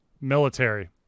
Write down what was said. military